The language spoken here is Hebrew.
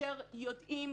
כאשר יודעים,